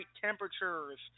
temperatures